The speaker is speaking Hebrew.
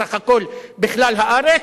סך הכול בכלל הארץ,